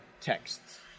texts